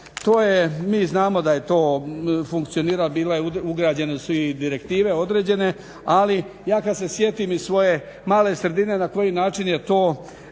mi znamo da je to funkcioniralo, ugrađene su i direktive određene ali ja kad se sjetim iz svoje male sredine na koji način je to